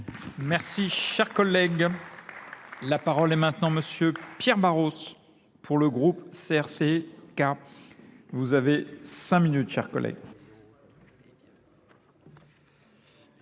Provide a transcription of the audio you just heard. Merci, cher collègue. La parole est maintenant monsieur Pierre Barros pour le groupe CRCK. Vous avez cinq minutes, chers collègues.